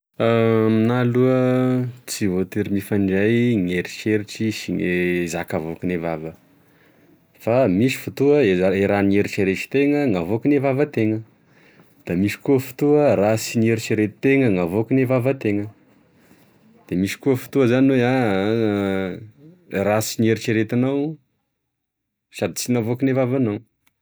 Aminah aloa tsy voatery mifandray gne eritreritry sy gne zaka avokigne vava, fa misy fotoa e raha nieritreresitena navokagne vavatena da misy koa fotoa raha sy nieritreresitena navokagne vavatena de misy koa fotoa zany oe a raha sy nieriseretinao sady tsy navokagne vavanao.